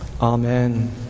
amen